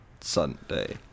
Sunday